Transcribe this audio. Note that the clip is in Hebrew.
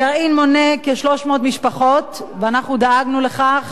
הגרעין מונה כ-300 משפחות, ואנחנו דאגנו לכך